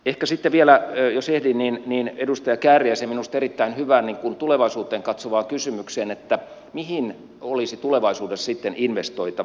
ehkä sitten vielä jos ehdin edustaja kääriäisen minusta erittäin hyvään tulevaisuuteen katsovaan kysymykseen mihin olisi tulevaisuudessa sitten investoitava